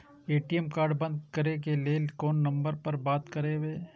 ATM card बंद करे के लेल कोन नंबर पर बात करबे?